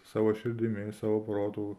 savo širdimi savo protu